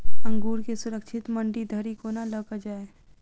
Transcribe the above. अंगूर केँ सुरक्षित मंडी धरि कोना लकऽ जाय?